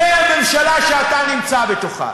זו הממשלה שאתה נמצא בתוכה.